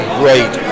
great